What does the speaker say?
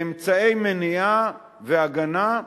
ואמצעי מניעה והגנה,